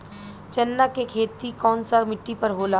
चन्ना के खेती कौन सा मिट्टी पर होला?